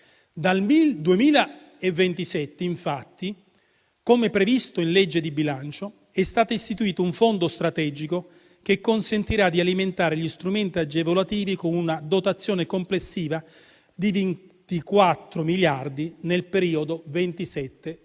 Dal 2027, infatti, come previsto in legge di bilancio, è stato istituito un fondo strategico che consentirà di alimentare gli strumenti agevolativi con una dotazione complessiva di 24 miliardi nel periodo 2027-2036.